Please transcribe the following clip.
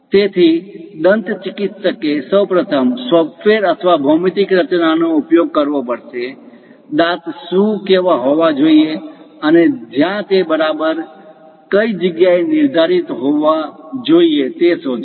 તેથી દંત ચિકિત્સકે સૌ પ્રથમ સોફ્ટવેર અથવા ભૌમિતિક રચના નો ઉપયોગ કરવો પડશે દાંત શું કેવા હોવા જોઈએ અને જ્યાં તે બરાબર કઈ જગ્યાએ નિર્ધારિત હોવા જોઈએ તે શોધો